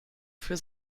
für